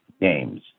games